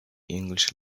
english